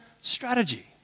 strategy